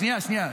שנייה.